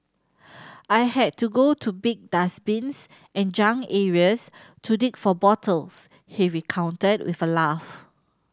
I had to go to big dustbins and junk areas to dig for bottles he recounted with a laugh